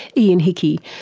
ian hickie,